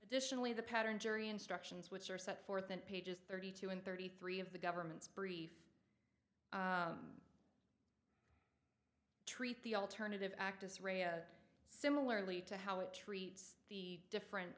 additionally the pattern jury instructions which are set forth in pages thirty two and thirty three of the government's brief treat the alternative act as a similarly to how it treats the different